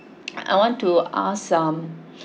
I want to ask some